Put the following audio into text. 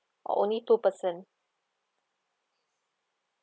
oh only two person